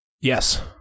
Yes